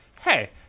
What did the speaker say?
Hey